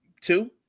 Two